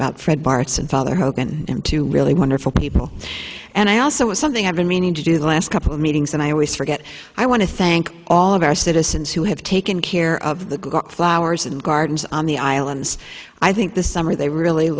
and father hogan and two really wonderful people and i also was something i've been meaning to do the last couple of meetings and i always forget i want to thank all of our citizens who have taken care of the got flowers and gardens on the islands i think the summer they really